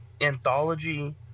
anthology